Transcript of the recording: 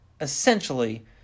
essentially